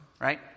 right